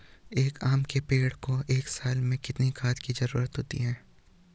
एक आम के पेड़ को एक साल में कितने खाद की जरूरत होती है?